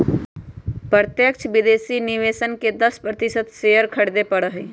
प्रत्यक्ष विदेशी निवेशकवन के दस प्रतिशत शेयर खरीदे पड़ा हई